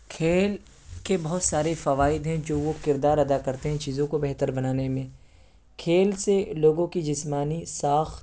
کھیل کے بہت سارے فوائد ہیں جو وہ کردار ادا کرتے ہیں چیزوں کو بہتر بنانے میں کھیل سے لوگوں کی جسمانی ساخت